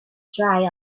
dried